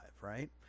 right